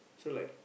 so like